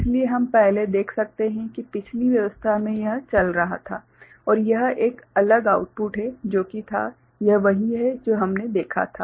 इसलिए हम पहले देख सकते हैं कि पिछली व्यवस्था में यह चल रहा था और यह एक अलग आउटपुट है जो कि था यह वही है जो हमने देखा था